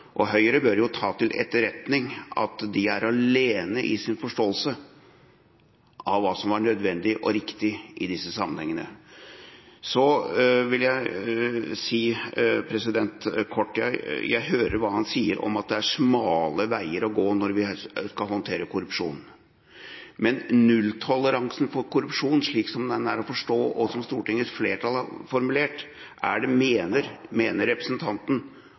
Stortinget. Høyre bør ta til etterretning at de er alene i sin forståelse av hva som var nødvendig og riktig i disse sammenhengene. Så vil jeg si kort: Jeg hører hva han sier om at det er smale veier å gå når vi skal håndtere korrupsjon. Men nulltoleransen for korrupsjon, slik den er å forstå og som Stortingets flertall har formulert: Mener representanten